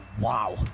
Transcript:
Wow